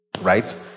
right